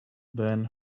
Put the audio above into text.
then